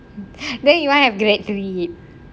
then you want to have grad to it